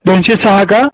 दोनशे सहा का